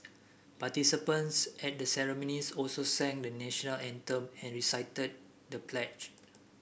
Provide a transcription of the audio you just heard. participants at the ceremonies also sang the National Anthem and recited the pledge